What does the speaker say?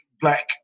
black